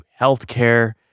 healthcare